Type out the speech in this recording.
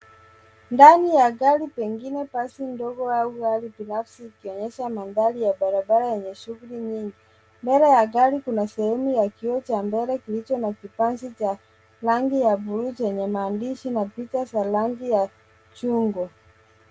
Ndani ya gari pengine basi ndogo au gari binafsi ikionyesha mandhari ya barabara yenye shuguli nyingi. Mbele ya gari kuna sehemu ya kioo cha mbele kilicho na kifazi cha rangi ya buluu chenye maandishi na picha za rangi ya chungwa.